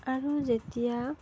আৰু যেতিয়া